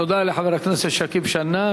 תודה לחבר הכנסת שכיב שנאן.